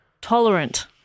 Tolerant